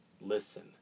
listen